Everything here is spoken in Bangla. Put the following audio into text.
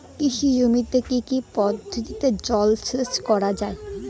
কৃষি জমিতে কি কি পদ্ধতিতে জলসেচ করা য়ায়?